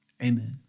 Amen